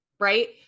Right